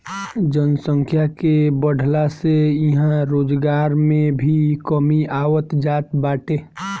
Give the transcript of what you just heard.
जनसंख्या के बढ़ला से इहां रोजगार में भी कमी आवत जात बाटे